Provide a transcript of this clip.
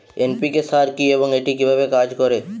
NPK সার কি এবং এটি কিভাবে কাজ করে?